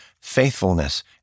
faithfulness